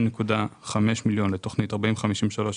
30.5 מיליון שקלים לתוכנית 40-53-01,